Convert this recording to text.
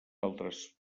altres